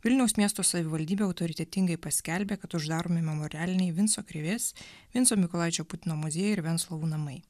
vilniaus miesto savivaldybė autoritetingai paskelbė kad uždaromi memorialiniai vinco krėvės vinco mykolaičio putino muziejai ir venclovų namai